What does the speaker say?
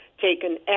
taken